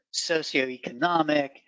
socioeconomic